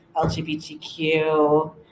LGBTQ